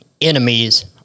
enemies